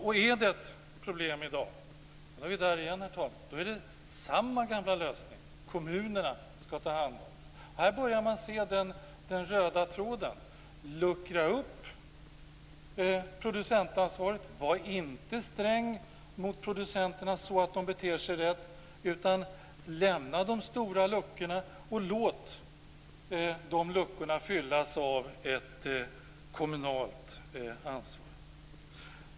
Är det ett problem i dag, då är vi där igen, herr talman, då är det samma gamla lösning. Kommunerna skall ta hand om det. Här börjar man se den röda tråden: Luckra upp producentansvaret, var inte sträng mot producenterna så att de beter sig rätt, lämna de stora luckorna och låt de luckorna fyllas av ett kommunalt ansvar!